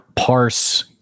parse